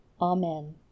Amen